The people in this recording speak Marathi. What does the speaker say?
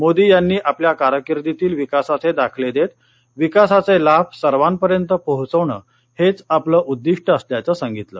मोदी यांनी आपल्या कारकिर्दीतील विकासाचे दाखले देत विकासाचे लाभ सर्वापर्यंत पोहोचवणं हेच आपलं उद्दिष्ट असल्याचं सांगितलं